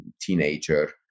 teenager